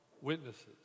witnesses